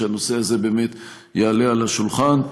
שהנושא הזה יעלה על השולחן.